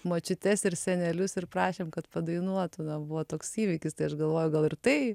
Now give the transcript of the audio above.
močiutes ir senelius ir prašėm kad padainuotų na buvo toks įvykis tai aš galvoju gal ir tai